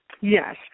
Yes